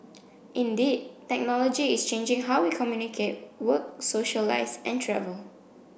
indeed technology is changing how we communicate work socialise and travel